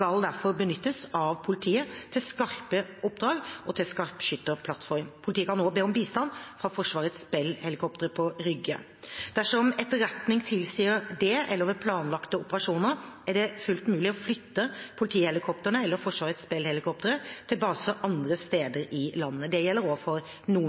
derfor benyttes av politiet til skarpe oppdrag og til skarpskytterplattform. Politiet kan også be om bistand fra Forsvarets Bell-helikoptre på Rygge. Dersom etterretning tilsier det, eller ved planlagte operasjoner, er det fullt mulig å flytte politihelikoptrene eller Forsvarets Bell-helikoptre til baser andre steder i landet. Det gjelder også for